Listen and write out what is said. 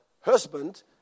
husband